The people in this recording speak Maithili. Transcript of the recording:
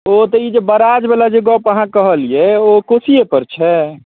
ओ तऽ ई जे बराजवला गप जे अहाँ कहलिए ओ कोशिएपर छै